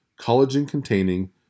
collagen-containing